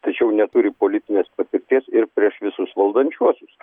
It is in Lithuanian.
tačiau neturi politinės patirties ir prieš visus valdančiuosius